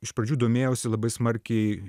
iš pradžių domėjausi labai smarkiai